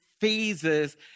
phases